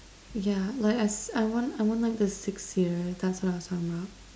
yeah like I s~ I want I want like the six seater that's what I was talking about